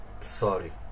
sorry